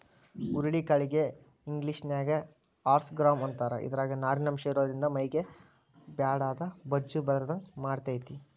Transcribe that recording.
ಹುರುಳಿ ಕಾಳಿಗೆ ಇಂಗ್ಲೇಷನ್ಯಾಗ ಹಾರ್ಸ್ ಗ್ರಾಂ ಅಂತಾರ, ಇದ್ರಾಗ ನಾರಿನಂಶ ಇರೋದ್ರಿಂದ ಮೈಗೆ ಬ್ಯಾಡಾದ ಬೊಜ್ಜ ಬರದಂಗ ಮಾಡ್ತೆತಿ